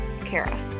Kara